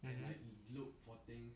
mmhmm